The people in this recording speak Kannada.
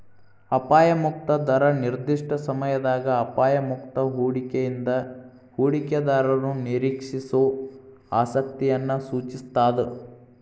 ಅಪಾಯ ಮುಕ್ತ ದರ ನಿರ್ದಿಷ್ಟ ಸಮಯದಾಗ ಅಪಾಯ ಮುಕ್ತ ಹೂಡಿಕೆಯಿಂದ ಹೂಡಿಕೆದಾರರು ನಿರೇಕ್ಷಿಸೋ ಆಸಕ್ತಿಯನ್ನ ಸೂಚಿಸ್ತಾದ